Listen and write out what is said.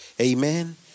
Amen